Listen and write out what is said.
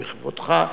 לא בכבודך,